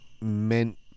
Meant